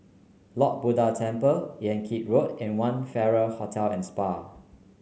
Lord Buddha Temple Yan Kit Road and One Farrer Hotel and Spa